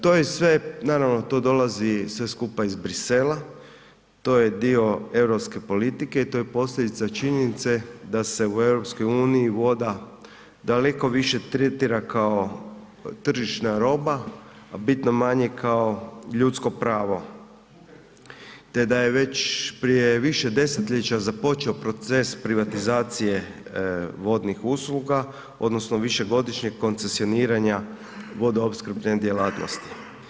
To je sve, naravno to dolazi sve skupa iz Brisela, to je dio europske politike i to je posljedica činjenice da se u EU voda daleko više tretira kao tržišna roba, a bitno manje kao ljudsko pravo te da je već prije više desetljeća započeo proces privatizacije vodnih usluga odnosno višegodišnjeg koncesioniranja vodoopskrbne djelatnosti.